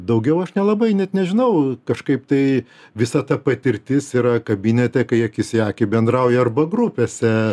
daugiau aš nelabai net nežinau kažkaip tai visa ta patirtis yra kabinete kai akis į akį bendrauji arba grupėse